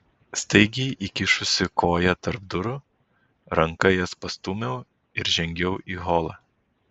staigiai įkišusi koją tarp durų ranka jas pastūmiau ir žengiau į holą